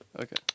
Okay